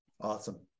Awesome